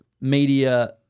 media